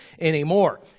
anymore